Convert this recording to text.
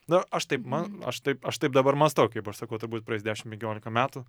na aš taip man aš taip aš taip dabar mąstau kaip aš sakau turbūt praeis dešim penkiolika metų